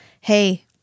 hey